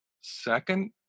second